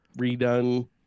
redone